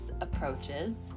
approaches